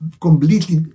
completely